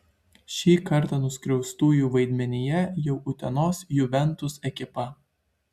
šį kartą nuskriaustųjų vaidmenyje jau utenos juventus ekipa